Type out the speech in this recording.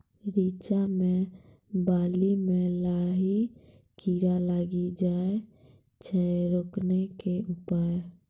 रिचा मे बाली मैं लाही कीड़ा लागी जाए छै रोकने के उपाय?